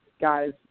guys